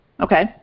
Okay